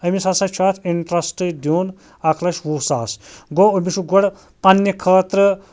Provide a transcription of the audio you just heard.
أمِس ہَسا چھُ اَتھ اِنٹرٛسٹ دیُن اکھ لچھ وُہ ساس گوٚو أمِس چھُ گۄڈٕ پَنٛنہِ خٲطرٕ